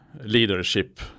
leadership